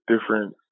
different